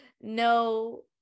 no